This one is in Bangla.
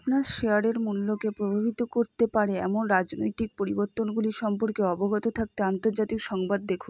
আপনার শেয়ারের মূল্যকে প্রভাবিত করতে পারে এমন রাজনৈতিক পরিবর্তনগুলি সম্পর্কে অবগত থাকতে আন্তর্জাতিক সংবাদ দেখুন